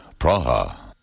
Praha